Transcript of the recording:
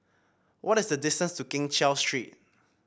what is the distance to Keng Cheow Street